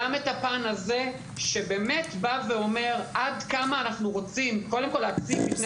וגם את הפן הזה שבאמת בא ואומר עד כמה אנחנו רוצים להציב בפני